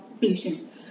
patient